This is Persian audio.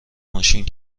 ماشین